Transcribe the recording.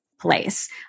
place